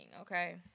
Okay